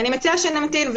אני מציעה שנמתין.